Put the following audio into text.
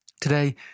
Today